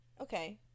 okay